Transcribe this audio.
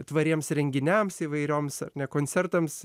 tvariems renginiams įvairioms ar ne koncertams